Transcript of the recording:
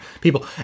people